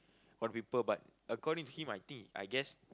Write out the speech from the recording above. for people but according to him I think I guess